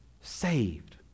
saved